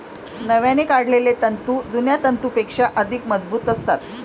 नव्याने काढलेले तंतू जुन्या तंतूंपेक्षा अधिक मजबूत असतात